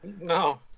No